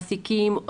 מעסיקים,